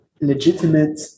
legitimate